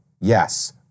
yes